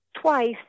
twice